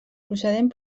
procedent